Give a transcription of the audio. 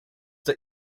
der